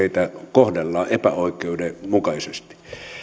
kohdellaan epäoikeudenmukaisesti